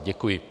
Děkuji.